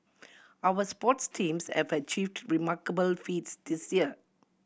our sports teams have achieved remarkable feats this year